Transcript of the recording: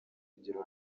rugero